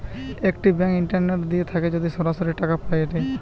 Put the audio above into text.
একটি bank internet দিয়ে থাকে যদি সরাসরি টাকা পায়েটে